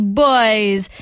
boys